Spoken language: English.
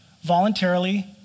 voluntarily